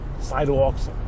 sidewalks